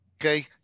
Okay